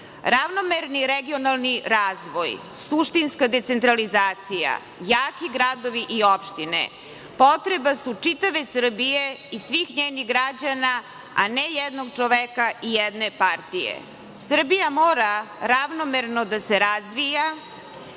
Ravnomerni regionalni razvoj, suštinska decentralizacija, jaki gradovi i opštine potreba su čitave Srbije i svih njenih građana, a ne jednog čoveka i jedne partije. Srbija mora ravnomerno da se razvija.